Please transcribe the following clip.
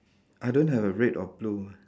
I don't have a red or blue